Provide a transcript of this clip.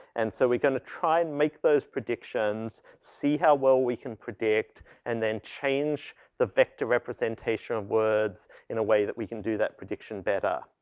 and so we're going to try and make those predictions, see how well we can predict and then change the vector representations of words in a way that we can do that prediction better.